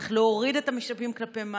צריך להוריד את המשאבים כלפי מטה,